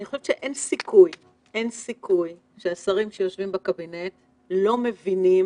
אני חושבת שאין סיכוי שהשרים שיושבים בקבינט לא מבינים